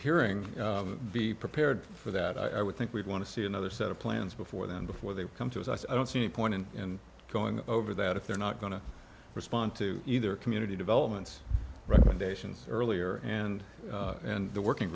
hearing be prepared for that i would think we'd want to see another set of plans before them before they come to us i don't see any point in going over that if they're not going to respond to either community developments recommendations earlier and and the working